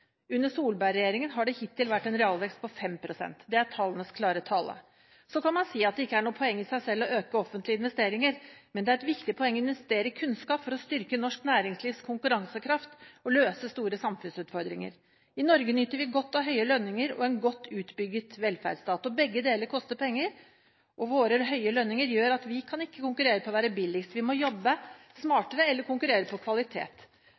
Under Solberg-regjeringen har det hittil vært en realvekst på 5 pst. Det er tallenes klare tale. Så kan man si at det ikke er noe poeng i seg selv å øke offentlige investeringer, men det er et viktig poeng å investere i kunnskap for å styrke norsk næringslivs konkurransekraft og løse store samfunnsutfordringer. I Norge nyter vi godt av høye lønninger og en godt utbygget velferdsstat. Begge deler koster penger, og våre høye lønninger gjør at vi ikke kan konkurrere om å være billigst. Vi må jobbe smartere eller konkurrere om kvalitet.